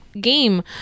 game